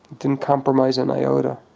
didn't compromise an iota.